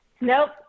Nope